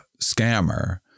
scammer